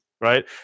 right